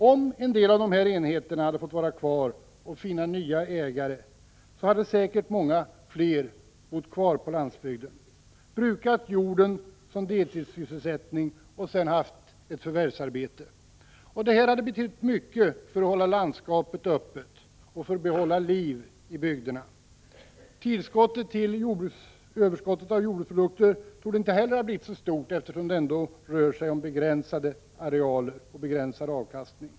Om en del av dessa enheter hade fått vara kvar och finna nya ägare, hade säkert många fler bott kvar på landsbygden, brukat jorden som deltidssysselsättning och sedan haft ett förvärvsarbete. Det hade betytt mycket för att hålla landskapet öppet och för att hålla liv i bygderna. Överskottet av jordbruksprodukter torde inte heller ha blivit så stort, eftersom det rör sig om begränsade arealer och begränsad avkastning.